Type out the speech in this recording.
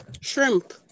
Shrimp